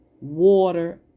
water